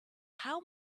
how